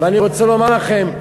ואני רוצה לומר לכם,